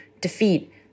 defeat